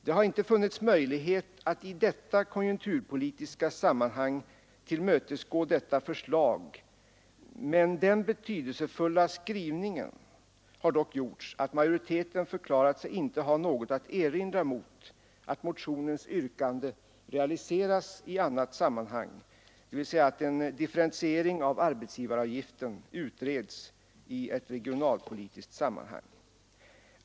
Det har inte funnits möjlighet att i detta konjunkturpolitiska sammanhang tillmötesgå detta förslag, men den betydelsefulla skrivningen har dock gjorts att majoriteten förklarat sig inte ha något att erinra mot att motionens yrkande realiseras i annat sammanhang, dvs. att en differentiering av arbetsgivaravgiften utreds i ett regionalpolitiskt sammanhang.